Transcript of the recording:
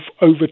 over